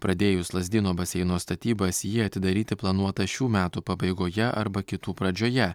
pradėjus lazdynų baseino statybas jį atidaryti planuota šių metų pabaigoje arba kitų pradžioje